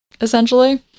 essentially